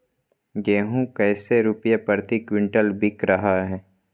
गेंहू कैसे रुपए प्रति क्विंटल बिक रहा है?